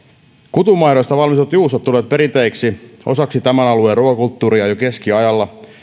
kutunmaidosta valmistetut juustot tulivat perinteiseksi osaksi tämän alueen ruokakulttuuria jo keskiajalla